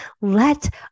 Let